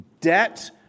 debt